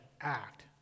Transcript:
act